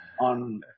on